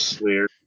weird